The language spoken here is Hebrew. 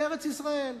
בארץ-ישראל.